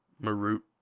Marut